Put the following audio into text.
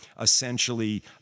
essentially